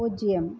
பூஜ்யம்